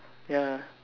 ya